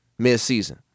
midseason